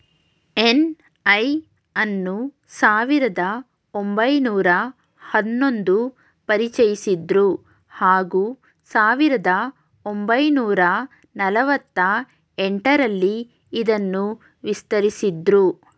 NI ಅನ್ನು ಸಾವಿರದ ಒಂಬೈನೂರ ಹನ್ನೊಂದು ಪರಿಚಯಿಸಿದ್ರು ಹಾಗೂ ಸಾವಿರದ ಒಂಬೈನೂರ ನಲವತ್ತ ಎಂಟರಲ್ಲಿ ಇದನ್ನು ವಿಸ್ತರಿಸಿದ್ರು